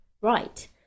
Right